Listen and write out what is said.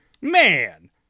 Man